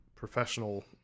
professional